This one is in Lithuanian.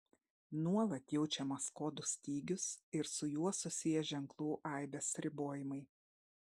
nuolat jaučiamas kodų stygius ir su juo susiję ženklų aibės ribojimai